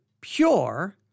pure